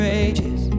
ages